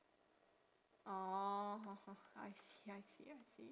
orh I see I see I see